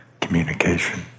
communication